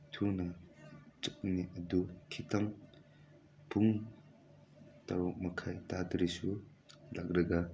ꯊꯨꯅ ꯆꯠꯅꯤꯡꯉꯦ ꯑꯗꯨ ꯈꯤꯇꯪ ꯄꯨꯡ ꯇꯔꯨꯛ ꯃꯈꯥꯏ ꯇꯥꯗ꯭ꯔꯁꯨ ꯂꯥꯛꯂꯒ